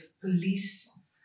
police